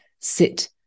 sit